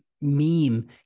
meme